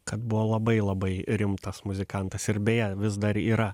kad buvo labai labai rimtas muzikantas ir beje vis dar yra